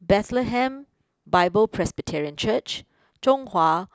Bethlehem Bible Presbyterian Church Chong Hua